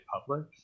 public